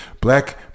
Black